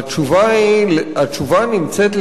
והתשובה נמצאת,